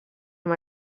amb